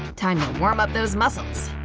time to warm up those muscles.